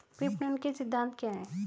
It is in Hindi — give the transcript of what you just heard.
विपणन के सिद्धांत क्या हैं?